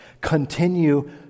Continue